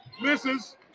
misses